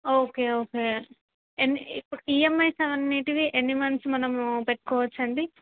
okay okay ఎన్ని EMIs అవి అన్నింటివి ఎన్ని మంత్స్ మనము పెట్టుకోవచ్చండి